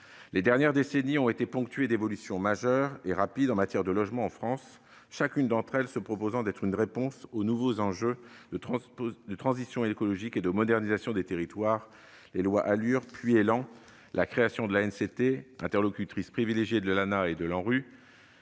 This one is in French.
Les dernières décennies ont été ponctuées d'évolutions majeures et rapides en matière de logement en France, chacune d'entre elles se proposant d'être une réponse aux nouveaux enjeux de transition écologique et de modernisation des territoires : les lois ALUR, puis ÉLAN, la création de l'ANCT, l'Agence nationale de la